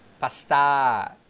Pasta